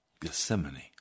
Gethsemane